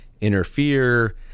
interfere